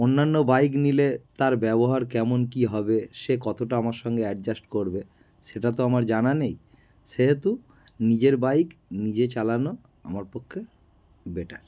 অন্যান্য বাইক নিলে তার ব্যবহার কেমন কী হবে সে কতটা আমার সঙ্গে অ্যাডজাস্ট করবে সেটা তো আমার জানা নেই সেহেতু নিজের বাইক নিজে চালানো আমার পক্ষে বেটার